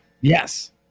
Yes